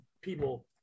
people